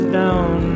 down